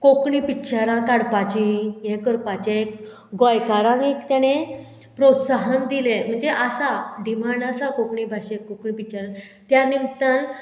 कोंकणी पिक्चरां काडपाची हें करपाचें गोंयकारांक एक तेणें प्रोत्साहन दिलें म्हणजे आसा डिमांड आसा कोंकणी भाशेक कोंकणी पिक्चरां त्या निमतान